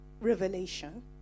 revelation